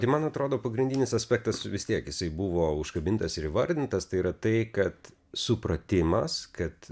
tai man atrodo pagrindinis aspektas vis tiek jisai buvo užkabintas ir įvardintas tai yra tai kad supratimas kad